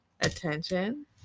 attention